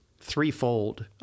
threefold